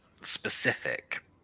specific